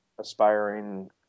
aspiring